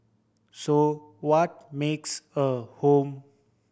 so what makes a home